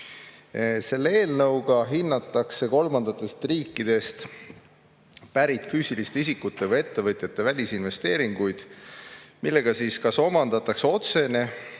Selle eelnõuga hinnatakse kolmandatest riikidest pärit füüsiliste isikute või ettevõtjate välisinvesteeringuid, millega omandatakse kas otsene